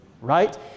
right